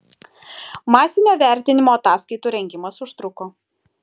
masinio vertinimo ataskaitų rengimas užtruko